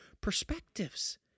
perspectives